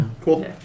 Cool